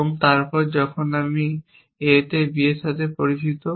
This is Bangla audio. এবং তারপর যখন আমি A কে B এর সাথে পরিচিত